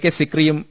K സിക്രിയും A